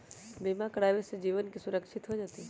बीमा करावे से जीवन के सुरक्षित हो जतई?